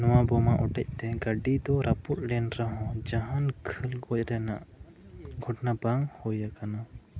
ᱱᱚᱣᱟ ᱵᱚᱢᱟ ᱚᱴᱮᱡ ᱛᱮ ᱜᱟᱹᱰᱤ ᱫᱚ ᱨᱟᱹᱯᱩᱫ ᱞᱮᱱ ᱨᱮᱦᱚᱸ ᱡᱟᱦᱟᱸ ᱜᱷᱟᱹᱞ ᱜᱚᱡ ᱨᱮᱱᱟᱜ ᱜᱷᱚᱴᱚᱱᱟ ᱵᱟᱝ ᱦᱩᱭᱩ ᱟᱠᱟᱱᱟ